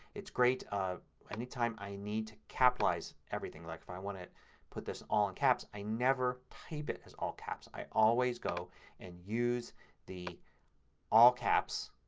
it's great ah anytime i need to capitalize everything like if i want to put this all in caps i never type it as all caps. i always go and use the all caps